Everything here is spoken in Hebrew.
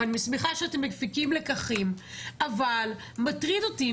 ואני שמחה שאתם מפיקים לקחים אבל מטריד אותי,